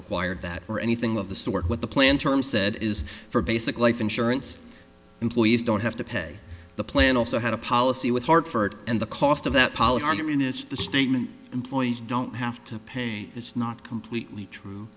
required that or anything of the store what the plan terms said is for basic life insurance employees don't have to pay the plan also had a policy with hartford and the cost of that policy argument is the statement employers don't have to pay it's not completely true